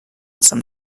some